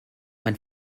man